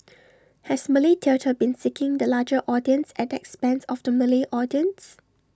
has Malay theatre been seeking the larger audience at the expense of the Malay audience